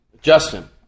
Justin